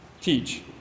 teach